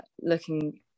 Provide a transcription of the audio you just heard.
looking